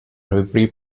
repris